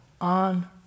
on